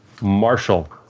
Marshall